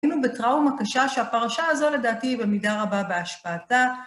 היינו בטראומה קשה שהפרשה הזו לדעתי היא במידה רבה בהשפעתה.